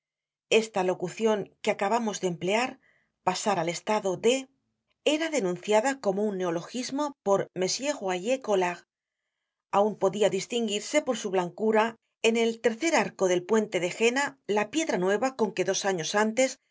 esta locucion que acabamos de emplear pasar al estado de era denunciada como un neologismo por m royer collard aun podia distinguirse por su blancura en el tercer arco del puente de jena la piedra nueva con que dos años antes